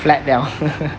flat liao